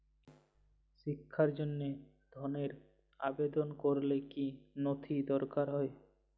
শিক্ষার জন্য ধনের আবেদন করলে কী নথি দরকার হয়?